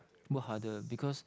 more harder because